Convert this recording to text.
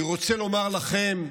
אני רוצה לומר לכן,